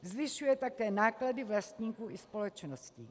Zvyšuje také náklady vlastníků i společností.